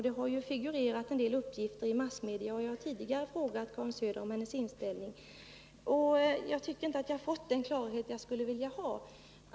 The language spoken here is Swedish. Det har figurerat en del uppgifter i massmedia, och jag har tidigare frågat Karin Söder om hennes inställning. Jag tycker inte att jag fått den klarhet jag skulle vilja ha.